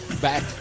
back